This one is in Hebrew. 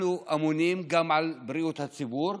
אנחנו אמונים על בריאות הציבור,